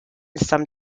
some